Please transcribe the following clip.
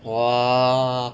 !wah!